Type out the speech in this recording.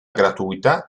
gratuita